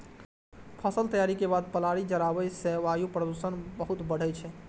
फसल तैयारी के बाद पराली जराबै सं वायु प्रदूषण बहुत बढ़ै छै